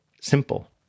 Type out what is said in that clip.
simple